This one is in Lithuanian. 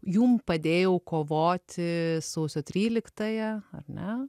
jum padėjau kovoti sausio tryliktąją ar ne